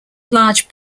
large